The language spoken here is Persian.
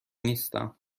نیستم